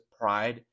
pride